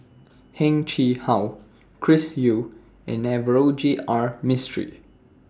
Heng Chee How Chris Yeo and Navroji R Mistri